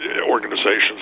organizations